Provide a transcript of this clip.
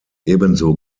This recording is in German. ebenso